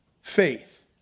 faith